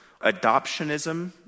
adoptionism